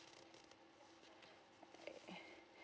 eh